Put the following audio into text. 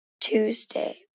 Tuesday